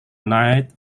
night